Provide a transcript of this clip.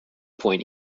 point